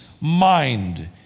mind